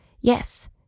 Yes